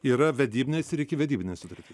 yra vedybinės ir ikivedybinės sutartys